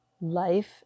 life